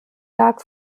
lag